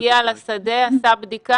הוא הגיע לשדה, עשה בדיקה.